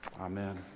Amen